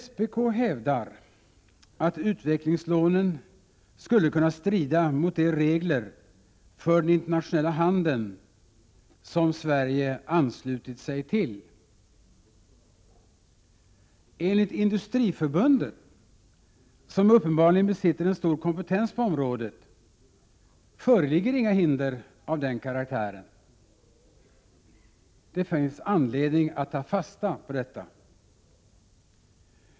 SPK hävdar att utvecklingslånen skulle kunna strida mot de regler för den internationella handeln, som Sverige anslutit sig till. Enligt Industriförbundet, som uppenbarligen besitter en stor kompetens på området, föreligger inga hinder av den karaktären. Det finns anledning att ta fasta på detta.